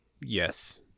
Yes